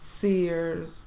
Sears